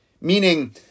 meaning